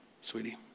Sweetie